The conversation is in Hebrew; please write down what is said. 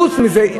חוץ מזה,